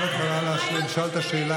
עכשיו את יכולה לשאול את השאלה,